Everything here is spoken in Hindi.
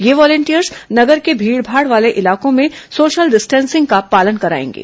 ये वॉलिंटियर्स नगर के भीडभाड़ वाले इलाकों में सोशल डिस्टेंसिंग का पालन कराएंगे